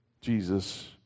Jesus